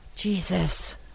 jesus